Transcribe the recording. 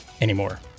anymore